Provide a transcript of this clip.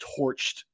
torched